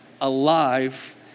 alive